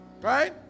Right